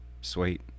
Sweet